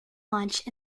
launch